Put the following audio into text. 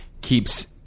keeps